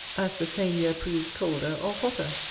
as the same year proves colder or hotter